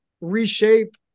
reshape